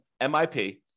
MIP